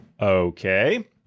Okay